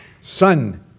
son